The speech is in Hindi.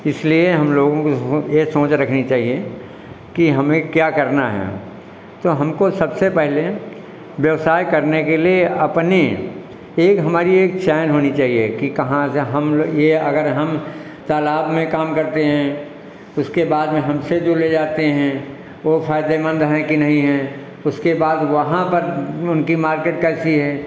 इसलिए हम लोगों को हूँ ये सोच रखनी चाहिए कि हमें क्या करना है तो हमको सबसे पहले व्यवसाय करने के लिए अपनी एक हमारी एक चैन होनी चाहिए कि कहाँ से हम लो ये अगर हम तालाब में काम करते हैं उसके बाद में हमसे जो ले जाते हैं ओ फायदेमंद हैं की नहीं हैं उसके बाद वहां पर उनकी मार्केट कैसी है